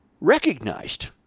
recognized